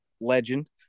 legend